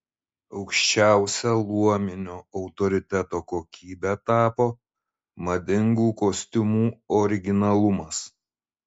aukščiausia luominio autoriteto kokybe tapo madingų kostiumų originalumas